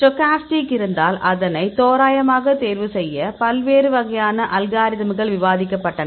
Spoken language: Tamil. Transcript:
ஸ்டோக்காஸ்டிக் இருந்தால் அதனை தோராயமாக தேர்வு செய்ய பல்வேறு வகையான அல்காரிதம்கள் விவாதிக்கப்பட்டன